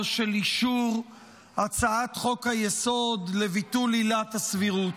של אישור הצעת חוק-היסוד לביטול עילת הסבירות.